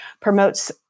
promotes